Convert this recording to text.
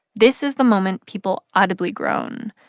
this is the moment people audibly groan.